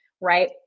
right